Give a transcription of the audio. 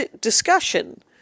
discussion